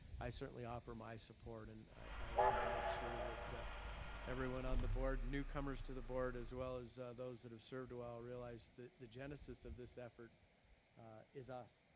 i certainly offer my support and i want to make sure that everyone on the board, newcomers to the board, as well as those that have served well realized that the genesis of this effort is us.